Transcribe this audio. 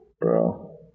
Bro